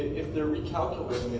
if they're recalculating